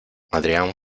adrian